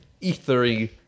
ethery